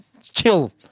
Chill